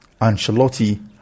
Ancelotti